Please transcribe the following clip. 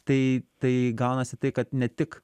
tai tai gaunasi tai kad ne tik